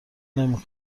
نمی